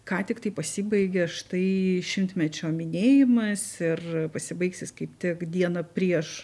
ką tik tai pasibaigė štai šimtmečio minėjimas ir pasibaigs jis kaip tik dieną prieš